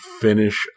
finish